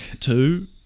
two